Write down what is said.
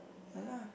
ya lah